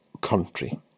country